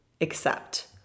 accept